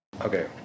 Okay